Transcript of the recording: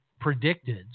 predicted